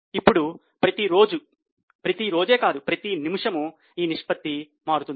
ఇప్పుడు ప్రతిరోజు ప్రతి రోజే కాదు ప్రతి నిమిషము ఈ నిష్పత్తి మారుతుంది